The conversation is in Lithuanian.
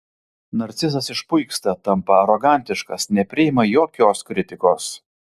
narcizas išpuiksta tampa arogantiškas nepriima jokios kritikos